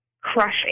Crushing